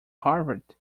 harvard